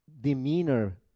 demeanor